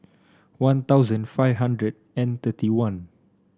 One Thousand five hundred and thirty one